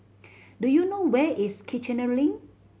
do you know where is Kiichener Link